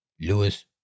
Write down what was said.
Lewis